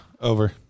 Over